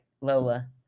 Lola